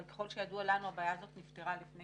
אבל ככל שידוע לנו הבעיה הזאת נפתרה לפני